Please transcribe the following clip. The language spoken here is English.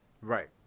Right